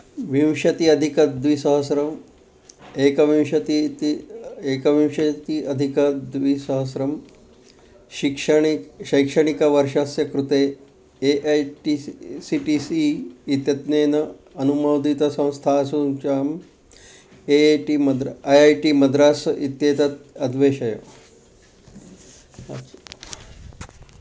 विंशति अधिकद्विसहस्रम् एकविंशतिः इति एकविंशति अधिकद्विसहस्रं शैक्षणिकं शैक्षणिकवर्षस्य कृते A I T C T E इत्यनेन अनुमोदितसंस्थासूच्याम् A I T Madras I I T Madras इत्येतत् अन्वेषय